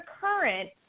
current